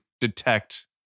detect